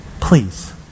please